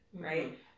right